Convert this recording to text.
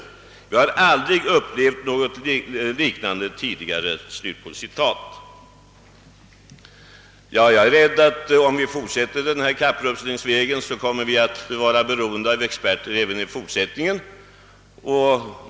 Vi har aldrig upplevt något liknande tidigare.» Jag är rädd för att vi, om vi fortsätter på kapprustningsvägen, kommer att vara beroende av experter även i fortsättningen.